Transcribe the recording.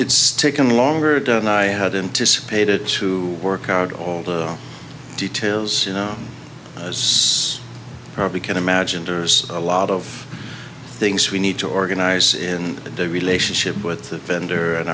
it's taken longer than i had in to spaded to work out all the details you know i was probably can imagine there's a lot of things we need to organize in the relationship with the vendor and